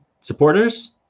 Supporters